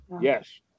yes